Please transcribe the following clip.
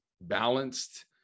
balanced